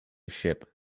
shipp